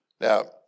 Now